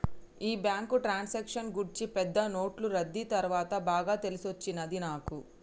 ఈ బ్యాంకు ట్రాన్సాక్షన్ల గూర్చి పెద్ద నోట్లు రద్దీ తర్వాత బాగా తెలిసొచ్చినది నాకు